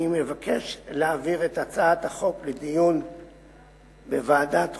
אני מבקש להעביר את הצעת החוק לדיון בוועדת חוקה,